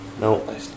No